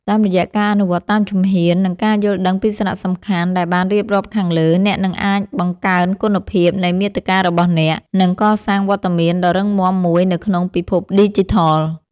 តាមរយៈការអនុវត្តតាមជំហ៊ាន និងការយល់ដឹងពីសារៈសំខាន់ដែលបានរៀបរាប់ខាងលើ អ្នកនឹងអាចបង្កើនគុណភាពនៃមាតិការបស់អ្នក និងកសាងវត្តមានដ៏រឹងមាំមួយនៅក្នុងពិភពឌីជីថល។